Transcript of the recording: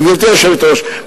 גברתי היושבת-ראש,